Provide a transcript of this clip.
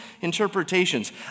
interpretations